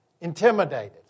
intimidated